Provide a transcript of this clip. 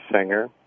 singer